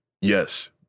Yes